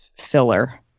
filler